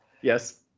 Yes